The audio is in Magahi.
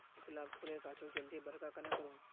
गुलाब फूलेर गाछोक जल्दी बड़का कन्हे करूम?